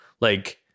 like-